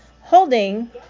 holding